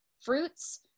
fruits